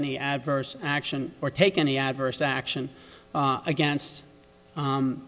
any adverse action or take any adverse action against